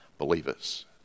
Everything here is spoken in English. believers